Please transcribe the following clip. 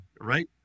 right